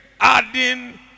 adding